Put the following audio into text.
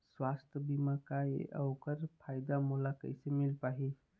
सुवास्थ बीमा का ए अउ ओकर फायदा मोला कैसे मिल पाही?